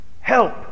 help